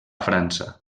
frança